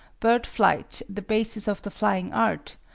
bird flight the basis of the flying art,